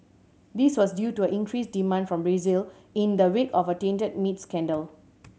this was due to an increased demand from Brazil in the wake of a tainted meat scandal